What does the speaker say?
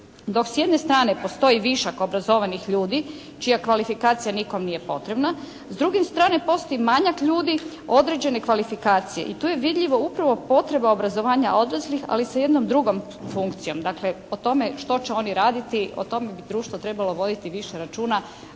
Dok s jedne strane postoji višak obrazovanih ljudi čija kvalifikacija nikom nije potrebna, s druge strane postoji manjak ljudi određene kvalifikacije i tu je vidljiva upravo potreba obrazovanja odraslih, ali sa jednom drugom funkcijom. Dakle po tome što će oni raditi o tom bi društvo trebalo voditi više računa